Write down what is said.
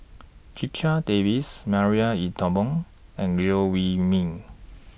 Checha Davies Marie Ethel Bong and Liew Wee Mee